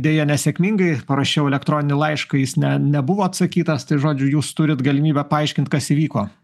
deja nesėkmingai parašiau elektroninį laišką jis ne nebuvo atsakytas tai žodžiu jūs turit galimybę paaiškint kas įvyko